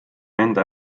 enda